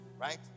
right